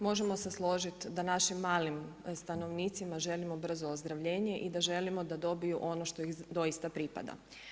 Možemo se složiti da našim malim stanovnicima želimo brzo ozdravljenje i da želimo da dobiju ono što ih doista pripada.